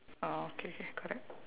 orh okay K correct